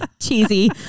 cheesy